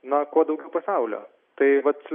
na kuo daugiau pasaulio tai vat